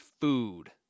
food